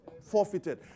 forfeited